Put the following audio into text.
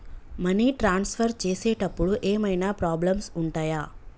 Money transfer చేసేటప్పుడు ఏమైనా problems ఉంటయా?